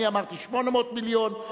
אני אמרתי 800 מיליון,